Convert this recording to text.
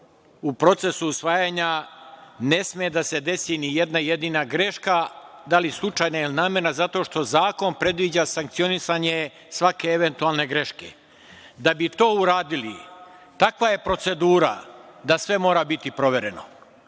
u procesu usvajanja ne sme da se desi nijedna jedina greška, da li slučajna ili namerna, zato što zakon predviđa sankcionisanje svake eventualne greške. Da bi to uradili, takva je procedura da sve mora biti provereno. Ovaj